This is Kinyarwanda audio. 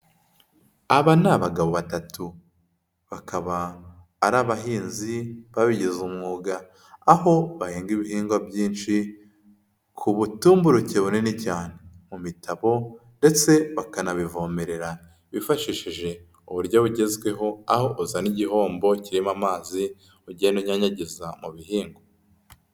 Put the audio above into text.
Aba ni abagabo batatu, bakaba ari abahinzi babigize umwuga, aho bahinga ibihingwa byinshi ku butumburuke bunini cyane mu mitabo ndetse bakanabivomerera bifashishije uburyo bugezweho, aho uzana igihombo kirimo amazi ugenda uyanyanyagiza mu bihingwa.